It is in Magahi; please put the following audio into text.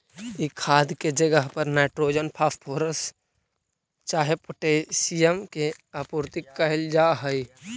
ई खाद के जगह पर नाइट्रोजन, फॉस्फोरस चाहे पोटाशियम के आपूर्ति कयल जा हई